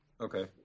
Okay